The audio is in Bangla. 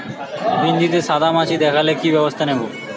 ভিন্ডিতে সাদা মাছি দেখালে কি ব্যবস্থা নেবো?